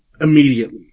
immediately